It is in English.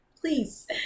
Please